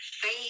Faith